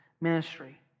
ministry